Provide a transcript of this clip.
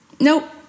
Nope